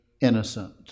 innocent